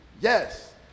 Yes